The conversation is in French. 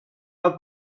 pas